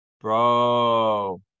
Bro